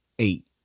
Eight